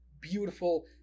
beautiful